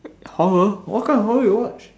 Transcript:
horror what kind of horror you watch